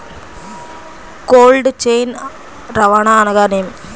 Cold chain రవాణా అనగా నేమి?